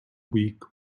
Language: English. weak